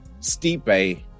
stipe